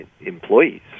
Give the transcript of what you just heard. employees